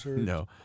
No